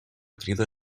crida